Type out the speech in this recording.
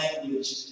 language